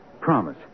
Promise